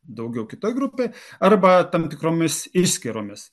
daugiau kitoj grupėj arba tam tikromis išskyromis